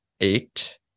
eight